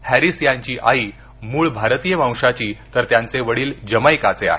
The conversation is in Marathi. हॅरिस यांची आई मूळ भारतीय वंशाची तर त्यांचे वडिल जमैकाचे आहेत